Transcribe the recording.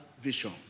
vision